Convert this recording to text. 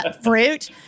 fruit